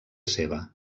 seva